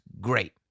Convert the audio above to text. great